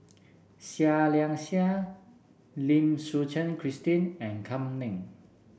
Seah Liang Seah Lim Suchen Christine and Kam Ning